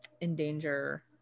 endanger